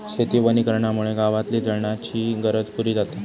शेती वनीकरणामुळे गावातली जळणाची गरज पुरी जाता